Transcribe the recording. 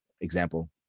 example